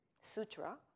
sutra